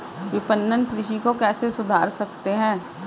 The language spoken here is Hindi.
विपणन कृषि को कैसे सुधार सकते हैं?